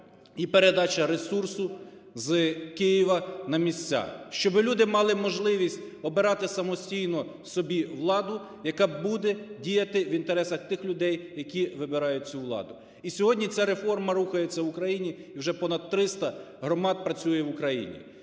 і передача ресурсу з Києва на місця, щоби люди мали можливість обирати самостійно собі владу, яка буде діяти в інтересах тих людей, які вибирають цю владу. І сьогодні ця реформа рухається в Україні, вже понад 300 громад працює в Україні.